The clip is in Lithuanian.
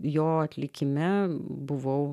jo atlikime buvau